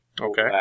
Okay